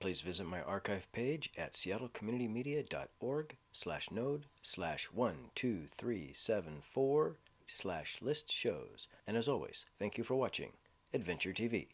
please visit my archive page at seattle community media dot org slash node slash one two three seven four slash list shows and as always thank you for watching adventure t